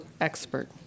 expert